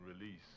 release